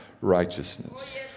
righteousness